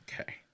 Okay